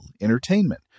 entertainment